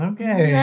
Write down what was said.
Okay